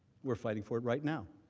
we are fighting for it route now.